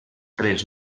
tres